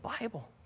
Bible